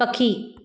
पखी